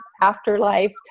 afterlife